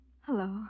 Hello